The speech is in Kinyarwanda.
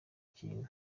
kintu